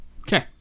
Okay